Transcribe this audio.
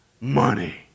money